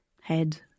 head